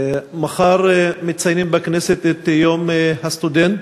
מחר מציינים בכנסת את יום הסטודנט,